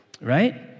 right